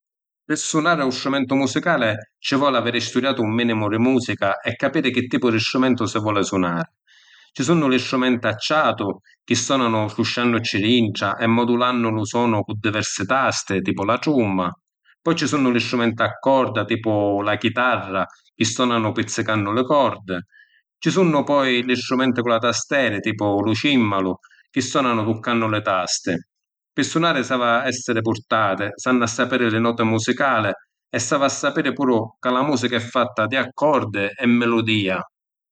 Pi sunàri un strumentu musicali ci voli aviri studiati un minimu di musica e capiri chi tipu di strumentu si vòli sunari. Ci sunnu li strumenti a ciatu, chi sonanu ciusciannuci dintra e modulannu lu sonu cu diversi tasti, tipu la trumma. Poi ci sunnu li strumenti a corda, tipu la chitarra, chi sonanu pizzicannu li cordi. Ci sunnu poi li strumenti cu la tastera, tipu lu cìmmalu, chi sonanu tuccannu li tasti. Pi sunàri s’havi a essiri purtati, s’hannu a sapiri li noti musicali e s’havi a sapiri puru ca la musica è fatta di accordi e miludia.